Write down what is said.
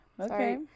Okay